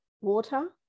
water